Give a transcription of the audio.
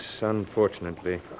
unfortunately